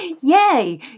yay